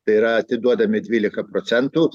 tai yra atiduodami dvylika procentų